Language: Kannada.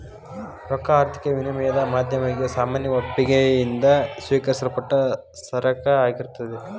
ರೊಕ್ಕಾ ಆರ್ಥಿಕ ವಿನಿಮಯದ್ ಮಾಧ್ಯಮವಾಗಿ ಸಾಮಾನ್ಯ ಒಪ್ಪಿಗಿ ಯಿಂದ ಸ್ವೇಕರಿಸಲ್ಪಟ್ಟ ಸರಕ ಆಗಿರ್ತದ್